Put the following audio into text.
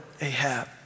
Ahab